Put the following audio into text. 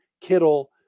Kittle